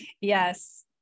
Yes